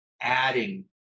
adding